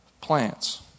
plants